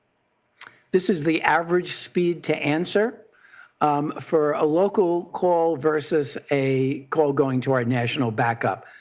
this is the average speed to answer um for a local call versus a call going to our national backup.